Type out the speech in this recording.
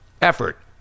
effort